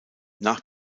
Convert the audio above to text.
nach